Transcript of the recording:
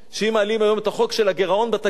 ואם מעלים היום את החוק של הגירעון בתקציב,